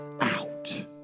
out